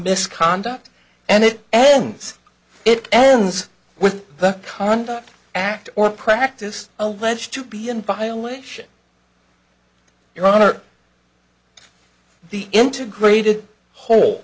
misconduct and it ends it ends with the conduct act or practice alleged to be in violation your honor the integrated whole